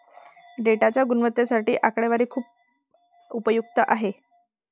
डेटाच्या गुणवत्तेसाठी आकडेवारी खूप उपयुक्त आहे